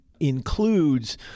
includes